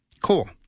Cool